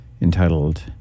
entitled